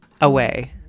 Away